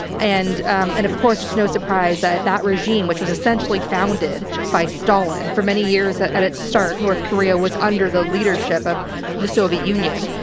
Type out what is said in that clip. and, um, and of course it's no surprise that that regime, which was essentially founded by stolen for many years at at its start north korea was under the leadership of the soviet union.